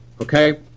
okay